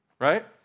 Right